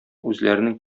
үзләренең